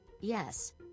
Yes